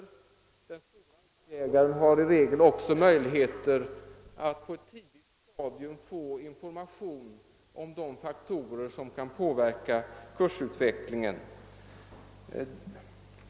Den store aktieägaren har i regel också möjligheter att på ett tidigt stadium få information om de faktorer som kan påverka kursutvecklingen.